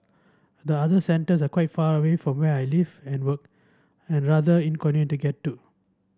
the other centres are quite far away from where I live and work and rather inconvenient to get to